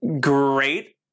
Great